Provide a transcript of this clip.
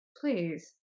please